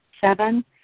Seven